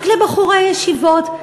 רק לבחורי ישיבות.